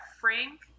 frank